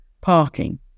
parking